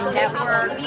network